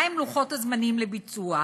מה הם לוחות הזמנים לביצוע?